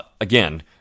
again